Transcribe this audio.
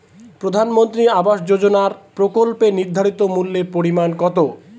প্রধানমন্ত্রী আবাস যোজনার প্রকল্পের নির্ধারিত মূল্যে পরিমাণ কত?